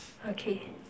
okay